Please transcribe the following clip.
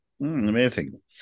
Amazing